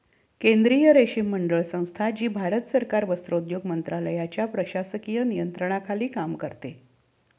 केंद्रीय रेशीम मंडळ संस्था, जी भारत सरकार वस्त्रोद्योग मंत्रालयाच्या प्रशासकीय नियंत्रणाखाली काम करते